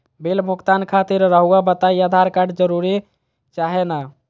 Bill भुगतान खातिर रहुआ बताइं आधार कार्ड जरूर चाहे ना?